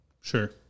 sure